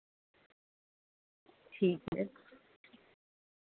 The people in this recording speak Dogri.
ठीक ऐ